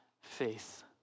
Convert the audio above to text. faith